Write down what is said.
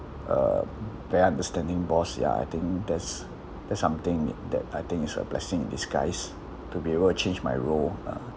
uh very understanding boss ya I think that's that's something that I think is a blessing in disguise to be able to change my role uh